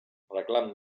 reclam